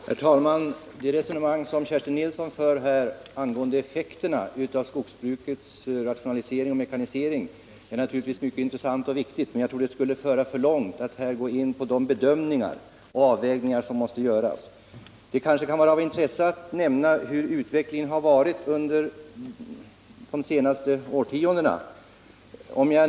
Herr talman! Det resonemang som Kerstin Nilsson för angående effekterna av skogsbrukets rationalisering och mekanisering är naturligtvis intressant och viktigt, men jag tror det skulle föra för långt att här gå in på de bedömningar och avvägningar som måste göras. Det kanske kan vara av intresse att nämna hur utvecklingen sett ut under de senaste årtiondena.